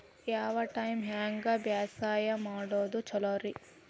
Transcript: ಯಾವ ಟೈಪ್ ನ್ಯಾಗ ಬ್ಯಾಸಾಯಾ ಮಾಡೊದ್ ಛಲೋರಿ?